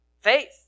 Faith